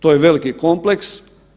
To je veliki kompleks.